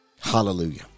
Hallelujah